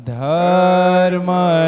Dharma